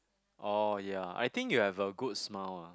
orh ya I think you have a good smile ah